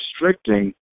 restricting